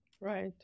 Right